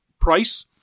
price